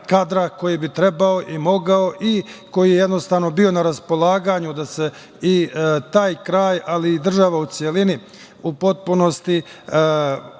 koji bi trebao i mogao i koji bi jednostavno bio na raspolaganju da se i taj kraj, ali i država u celini u potpunosti